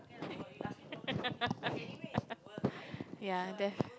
ya there